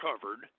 covered